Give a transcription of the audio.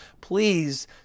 please